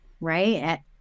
right